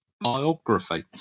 biography